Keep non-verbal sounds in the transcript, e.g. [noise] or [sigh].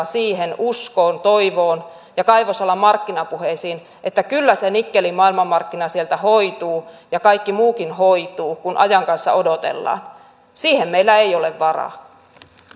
[unintelligible] siihen uskoon ja toivoon ja kaivosalan markkinapuheisiin että kyllä se nikkelin maailmanmarkkina sieltä hoituu ja kaikki muukin hoituu kun ajan kanssa odotellaan siihen meillä ei ole varaa